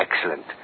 Excellent